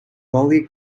gully